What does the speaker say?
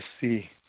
see